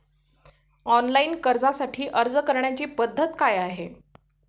Online कर्जासाठी अर्ज करण्याची पद्धत काय आहे?